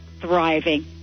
Thriving